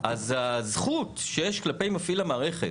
אז הזכות שיש כלפי מפעיל המערכת,